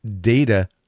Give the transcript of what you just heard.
data